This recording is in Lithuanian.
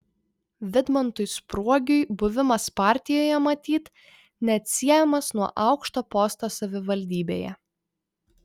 vidmantui spruogiui buvimas partijoje matyt neatsiejamas nuo aukšto posto savivaldybėje